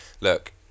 look